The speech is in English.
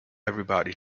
everybody